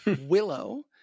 Willow